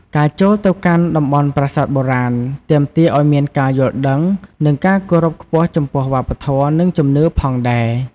ការចូលទៅកាន់តំបន់ប្រាសាទបុរាណ ទាមទារឲ្យមានការយល់ដឹង និងការគោរពខ្ពស់ចំពោះវប្បធម៌ និងជំនឿផងដែរ។